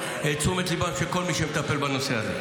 תשומת ליבו של כל מי שמטפל בנושא הזה.